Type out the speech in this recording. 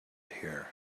here